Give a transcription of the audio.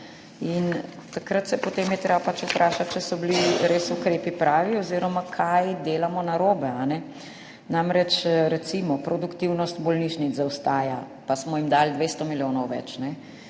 Takrat se je treba potem vprašati, ali so bili res ukrepi pravi oziroma kaj delamo narobe. Recimo produktivnost bolnišnic zaostaja, pa smo jim dali 200 milijonov več.